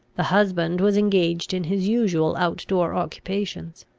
the husband was engaged in his usual out-door occupations.